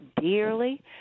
dearly